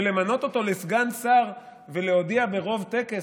למנות אותו לסגן שר ולהודיע ברוב טקס,